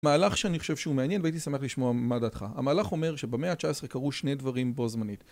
מהלך שאני חושב שהוא מעניין והייתי שמח לשמוע מה דעתך. המהלך אומר שבמאה ה-19 קרו שני דברים בו זמנית